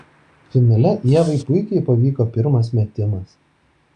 finale ievai puikiai pavyko pirmas metimas